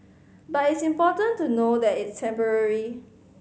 but it's important to know that it's temporary